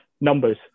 numbers